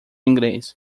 inglês